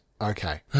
Okay